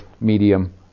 medium